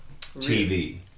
TV